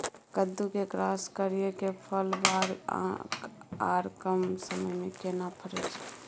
कद्दू के क्रॉस करिये के फल बर आर कम समय में केना फरय छै?